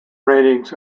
ratings